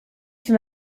się